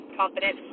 confident